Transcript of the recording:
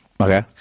Okay